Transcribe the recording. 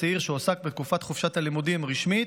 בסיום עבודתו את הצעיר שהועסק בתקופת חופשת לימודים רשמית